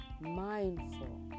mindful